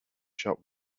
shop